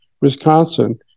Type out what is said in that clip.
Wisconsin